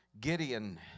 Gideon